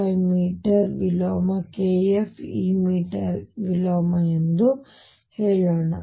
5 metre ವಿಲೋಮ kF ಈ metre ವಿಲೋಮ ಎಂದು ಹೇಳೋಣ